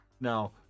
now